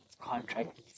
contract